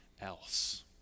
else